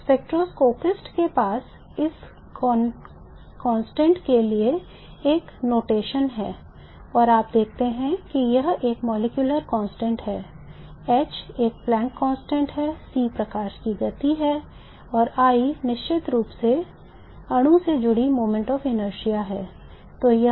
spectroscopist के पास इस कांस्टेंट के लिए एक संकेतन है h एक प्लैंक नियतांक है c प्रकाश की गति है और I निश्चित रूप से अणु से जुड़ी moment of inertia है